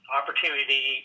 opportunity